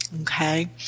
okay